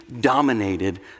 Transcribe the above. dominated